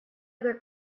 other